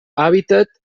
hàbitat